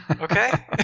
Okay